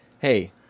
hey